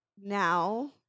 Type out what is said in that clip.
now